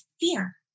fear